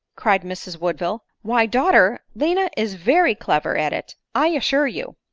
cried mrs woodville, why, daughter, lina is very clever at it, i assure you!